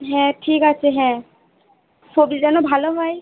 হ্যাঁ ঠিক আছে হ্যাঁ সবজি যেন ভালো হয়